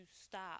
stop